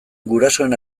gurasoen